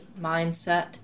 mindset